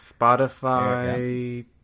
Spotify